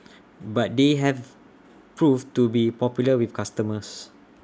but they have proved to be popular with customers